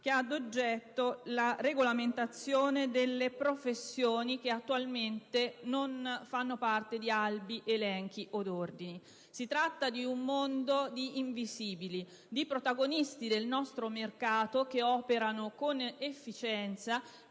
che ha ad oggetto la regolamentazione delle professioni che attualmente non fanno parte di albi, elenchi, od ordini. Si tratta di un mondo di invisibili, di protagonisti del nostro mercato che operano con efficienza